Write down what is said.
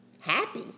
happy